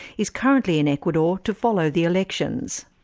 is currently in ecuador to follow the elections.